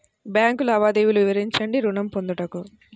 Bank లావాదేవీలు వివరించండి ఋణము పొందుటకు?